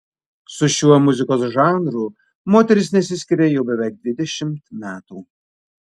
su šiuo muzikos žanru moteris nesiskiria jau beveik dvidešimt metų